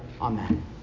Amen